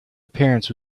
appearance